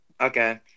Okay